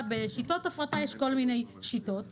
יש כל מיני שיטות הפרטה.